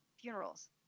funerals